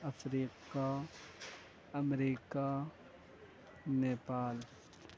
افریقہ امریکہ نیپال